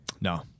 No